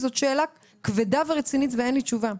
זאת שאלה כבדה ורצינית ואין לי תשובה".